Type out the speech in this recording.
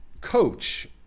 coach